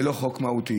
ולא חוק מהותי.